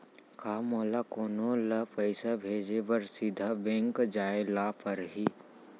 का मोला कोनो ल पइसा भेजे बर सीधा बैंक जाय ला परही?